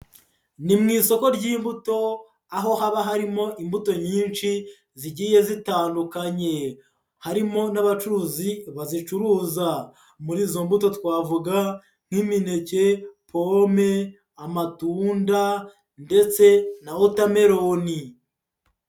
Ni mu isoko ry'imbuto aho haba harimo imbuto nyinshi zigiye zitandukanye, harimo n'abacuruzi bazicuruza muri izo mbuto twavuga nk'imineke, pome, amatunda, ndetse na wotameloni.